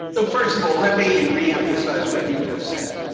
first of all, let me re-emphasize what you just said.